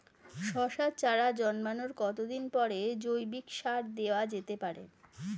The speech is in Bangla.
শশার চারা জন্মানোর কতদিন পরে জৈবিক সার দেওয়া যেতে পারে?